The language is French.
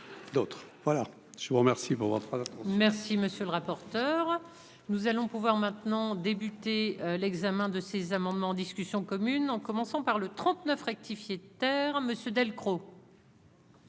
d'autres voilà je vous remercie pour votre. Merci, monsieur le rapporteur, nous allons pouvoir maintenant débuter l'examen de ces amendements en discussion commune en commençant par le trente-neuf rectifier terre monsieur Delcros.